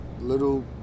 little